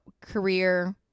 career